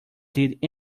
did